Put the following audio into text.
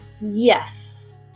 Yes